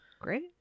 Great